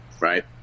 Right